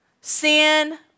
Sin